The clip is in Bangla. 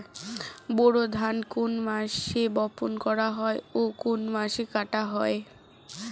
বোরো ধান কোন মাসে বপন করা হয় ও কোন মাসে কাটা হয়?